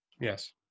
Yes